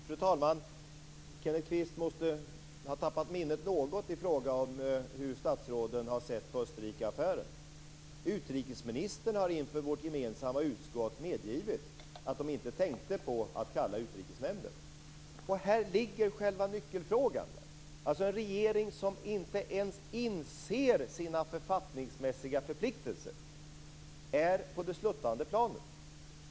Fru talman! Kenneth Kvist måste ha tappat minnet något i fråga om hur statsråden har sett på Österrikeaffären. Utrikesministern har inför vårt gemensamma utskott medgivit att man inte tänkte på att kalla Utrikesnämnden. Här ligger själva nyckelfrågan. En regering som inte ens inser sina författningsmässiga förpliktelser är på det sluttande planet.